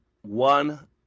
One